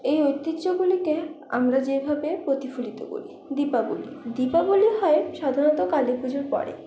এই ঐতিহ্যগুলিকে আমরা যেভাবে প্রতিফলিত করি দীপাবলি দীপাবলি হয় সাধারণত কালীপুজোর পরে